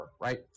right